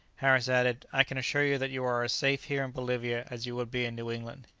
harris added i can assure you that you are as safe here in bolivia as you would be in new england.